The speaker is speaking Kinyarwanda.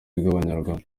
bw’abanyarwanda